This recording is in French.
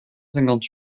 cinquante